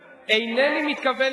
הלו, עוד אין להם פריימריז, מדבר?